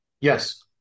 Yes